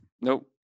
nope